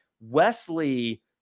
Wesley